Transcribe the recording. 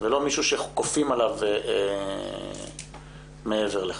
ולא מישהו שכופים עליו מעבר לכך.